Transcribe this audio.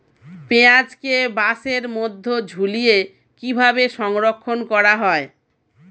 পেঁয়াজকে বাসের মধ্যে ঝুলিয়ে কিভাবে সংরক্ষণ করা হয়?